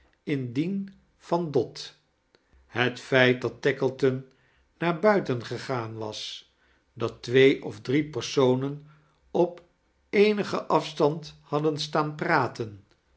dien van dot het feit dat tackleton naar buiten gegaan was dat twee of drie personen op eenigen afstand hadden staan praten